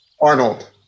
Arnold